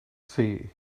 see